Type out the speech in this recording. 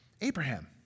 Abraham